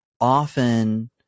often